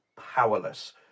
powerless